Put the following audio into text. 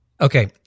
Okay